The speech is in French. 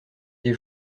des